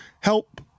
help